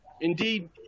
indeed